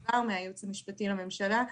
שבאו מהייעוץ המשפטי לממשלה,